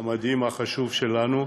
המדהים, החשוב שלנו,